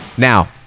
Now